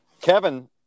Kevin